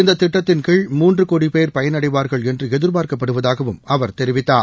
இந்ததிட்டத்தின் கீழ் மூன்றுகோடிபோர் பயனடைவார்கள் என்றுஎதிபார்க்கப்படுவதாகவும் அவர் தெரிவித்தார்